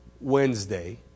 Wednesday